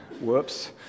whoops